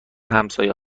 همسایه